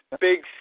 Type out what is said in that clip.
Big